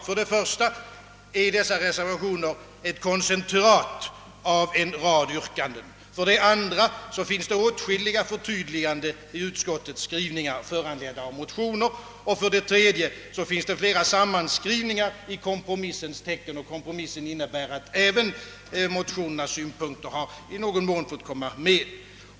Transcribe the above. För det första är dessa reservationer ett koncentrat av en rad yrkanden; för det andra finns åtskilliga förtydliganden i utskottets skrivning, föranledda av motioner; för det tredje finns flera sammanskrivningar i kompromissens tecken, som innebär att hänsyn har tagits även till motionärernas synpunkter.